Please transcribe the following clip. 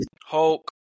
Hulk